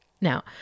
Now